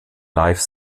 live